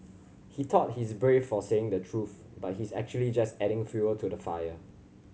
he thought he's brave for saying the truth but he's actually just adding fuel to the fire